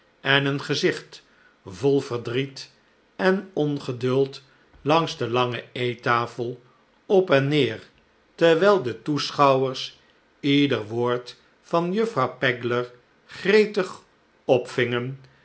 en een gezicht vol verdriet en ongeduld langs de lange eettafel op en neer terwijl de toeschouwers ieder woord van juffrouw pegler gretig